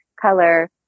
color